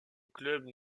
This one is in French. club